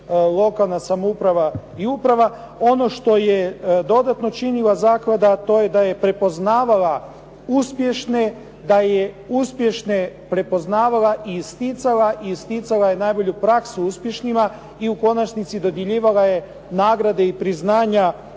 lokalna samouprava i uprava. Ono što je dodatno činila zaklada a to je da je prepoznavala uspješne, da je uspješne prepoznavala i isticala i isticala je najbolju praksu uspješnima, i u konačnici dodjeljivala je nagrade i priznanja